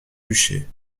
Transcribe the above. bûcher